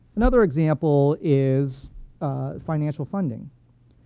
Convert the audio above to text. another example is financial funding.